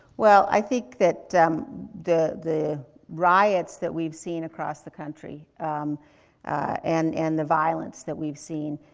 well, i think that the, the riots that we've seen across the country and and the violence that we've seen,